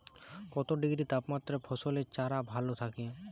কত ডিগ্রি তাপমাত্রায় ফসলের চারা ভালো থাকে?